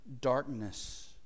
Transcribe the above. darkness